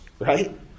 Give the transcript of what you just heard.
Right